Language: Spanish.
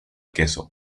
queso